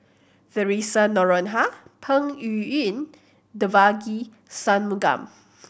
Theresa Noronha Peng Yuyun Devagi Sanmugam